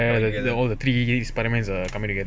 ya ya they get all the three three spidermans are coming together